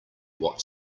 what